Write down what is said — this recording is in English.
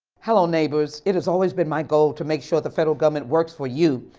hello, neighbors. it has always been my goal to make sure the federal government works for you.